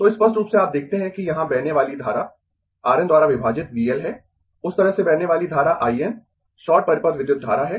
तो स्पष्ट रूप से आप देखते है कि यहाँ बहने वाली धारा R N द्वारा विभाजित V L है उस तरह से बहने वाली धारा I N शॉर्ट परिपथ विद्युत धारा है